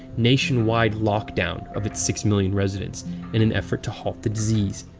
nationwide lockdown of its six million residents in an effort to halt the disease.